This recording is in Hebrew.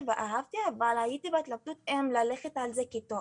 ואהבתי את זה אבל הייתי בהתלבטות אם ללכת על זה כתואר.